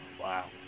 Wow